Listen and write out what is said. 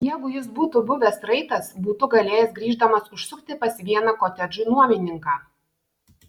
jeigu jis būtų buvęs raitas būtų galėjęs grįždamas užsukti pas vieną kotedžų nuomininką